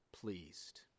pleased